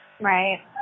Right